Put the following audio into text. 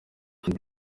demba